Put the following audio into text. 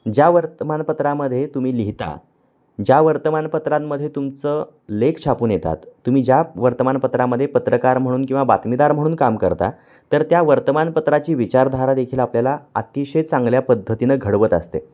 ज्या वर्तमानपत्रामध्ये तुम्ही लिहिता ज्या वर्तमानपत्रांमध्ये तुमचं लेख छापून येतात तुम्ही ज्या वर्तमानपत्रामध्ये पत्रकार म्हणून किंवा बातमीदार म्हणून काम करता तर त्या वर्तमानपत्राची विचारधारा देेखील आपल्याला अतिशय चांगल्या पद्धतीनं घडवत असते